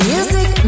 Music